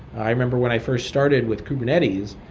i remember when i first started with kubernetes,